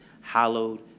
hallowed